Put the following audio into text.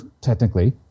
technically